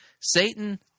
Satan